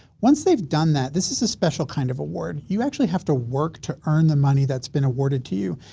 once they've done that, this is a special kind of award you actually have to work to earn the money that's been awarded to you.